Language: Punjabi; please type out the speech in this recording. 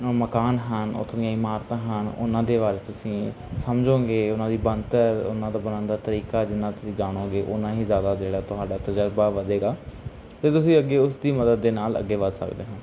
ਮਕਾਨ ਹਨ ਉੱਥੋਂ ਦੀਆਂ ਇਮਾਰਤਾਂ ਹਨ ਉਨ੍ਹਾਂ ਦੇ ਬਾਰੇ ਤੁਸੀਂ ਸਮਝੋਂਗੇ ਉਨ੍ਹਾਂ ਦੀ ਬਣਤਰ ਉਨ੍ਹਾਂ ਦਾ ਬਣਨ ਦਾ ਤਰੀਕਾ ਜਿੰਨਾ ਤੁਸੀਂ ਜਾਣੋਗੇ ਓਨਾ ਹੀ ਜ਼ਿਆਦਾ ਜਿਹੜਾ ਤੁਹਾਡਾ ਤਜਰਬਾ ਵਧੇਗਾ ਅਤੇ ਤੁਸੀਂ ਅੱਗੇ ਉਸਦੀ ਮਦਦ ਦੇ ਨਾਲ ਅੱਗੇ ਵੱਧ ਸਕਦੇ ਹੋ